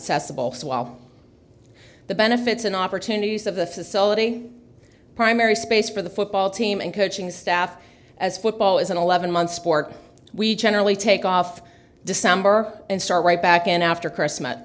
accessible while the benefits and opportunities of the facility primary space for the football team and coaching staff as football is an eleven month sport we generally take off december and start right back in after christmas